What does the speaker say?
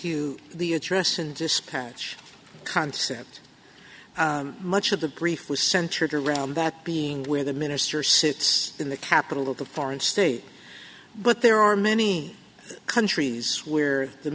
to the address and dispatch concept much of the brief was centered around that being where the minister sits in the capital of a foreign state but there are many countries where the